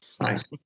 Nice